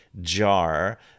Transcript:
jar